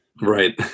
Right